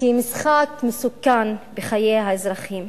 משחק מסוכן בחיי האזרחים?